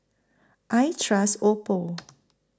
I Trust Oppo